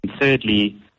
thirdly